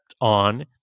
on